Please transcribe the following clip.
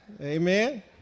amen